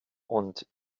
und